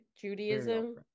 Judaism